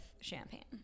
champagne